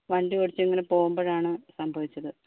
വണ്ടി ഓടിച്ചിങ്ങനെ പോവുമ്പഴാണ് സംഭവിച്ചത്